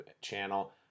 channel